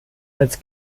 als